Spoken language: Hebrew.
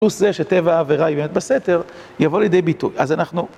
פלוס זה שטבע העבירה היא באמת בסתר, יבוא לידי ביטוי.